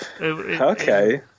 Okay